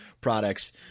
products